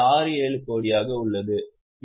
67 கோடியாக உள்ளது